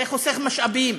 זה חוסך משאבים.